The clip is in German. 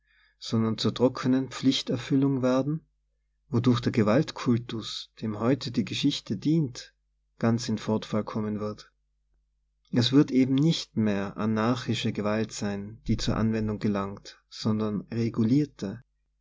sondern zur trockenen pflicht erfüllung werden wodurch der gewaltkultus dem heute die geschichte dient ganz in fortfall kommen wird es wird eben nicht mehr anarchische gewalt sein die zur anwendung gelangt sondern regulierte